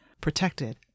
protected